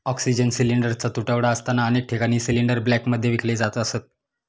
oxygen सिलिंडरचा तुटवडा असताना अनेक ठिकाणी सिलिंडर ब्लॅकमध्ये विकले जात असत